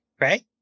Right